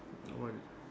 all